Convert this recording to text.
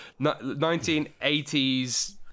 1980s